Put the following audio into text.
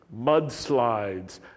mudslides